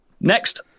next